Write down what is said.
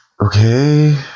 Okay